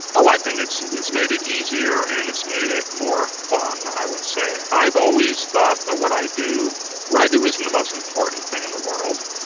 oh, i think it's it's made it easier and it's made it more fun, i would say. i've always thought that what i what i do isn't the most important thing in the world.